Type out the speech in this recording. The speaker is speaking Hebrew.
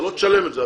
אתה לא תשלם על זה,